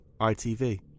ITV